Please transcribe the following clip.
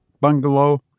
Bungalow